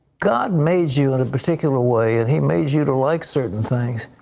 god made you in a particular way and he made you to like certain things,